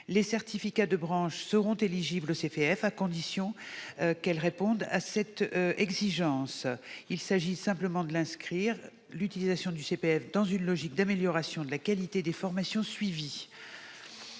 Les certifications de branche seront éligibles au CPF à condition qu'elles répondent à cette exigence. Il s'agit simplement d'inscrire l'utilisation du CPF dans une logique d'amélioration de la qualité des formations suivies.